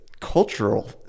Cultural